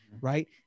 right